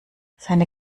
seine